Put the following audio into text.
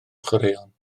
chwaraeon